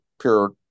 pure